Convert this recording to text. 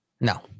No